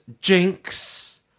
Jinx